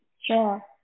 Sure